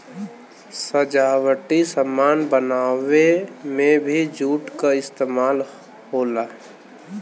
सजावटी सामान बनावे में भी जूट क इस्तेमाल होला